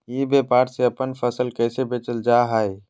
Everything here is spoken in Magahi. ई व्यापार से अपन फसल कैसे बेचल जा हाय?